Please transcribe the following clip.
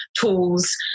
tools